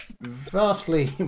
vastly